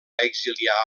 exiliar